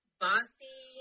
bossy